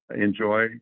enjoy